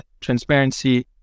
transparency